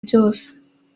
byose